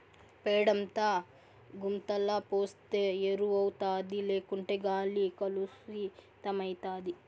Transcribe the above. పేడంతా గుంతల పోస్తే ఎరువౌతాది లేకుంటే గాలి కలుసితమైతాది